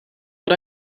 but